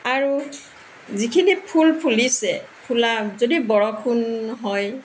আৰু যিখিনি ফুল ফুলিছে ফুলা যদি বৰষুণ হয়